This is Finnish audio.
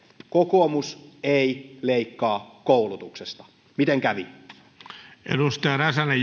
kokoomus ei leikkaa koulutuksesta miten kävi